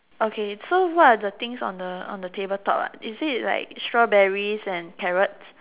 okay so what are the things on the on the table top ah is it like strawberries and carrots